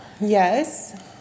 Yes